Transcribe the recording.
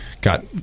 got